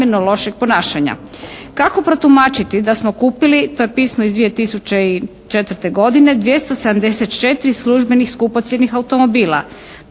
Kako protumačiti da smo kupili, to je pismo iz 2004. godine 274 službenih skupocjenih automobila.